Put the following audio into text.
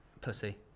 Pussy